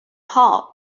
heart